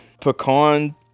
pecan